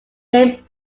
named